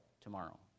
tomorrow